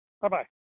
Bye-bye